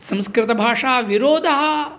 संस्कृतभाषाविरोधः